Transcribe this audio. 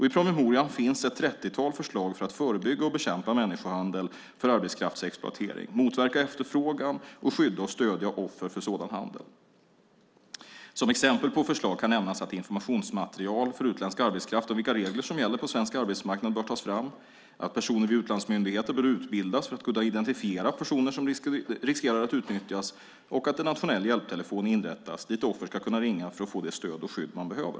I promemorian finns ett 30-tal förslag för att förebygga och bekämpa människohandel för arbetskraftsexploatering, motverka efterfrågan och skydda och stödja offer för sådan handel. Som exempel på förslag kan nämnas att informationsmaterial för utländsk arbetskraft om vilka regler som gäller på svensk arbetsmarknad bör tas fram, att personal vid utlandsmyndigheter bör utbildas för att kunna identifiera personer som riskerar att utnyttjas och att en nationell hjälptelefon inrättas dit offer ska kunna ringa för att få det stöd och skydd som de behöver.